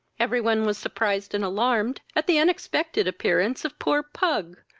everyone was surprised and alarmed at the unexpected appearance of poor pug,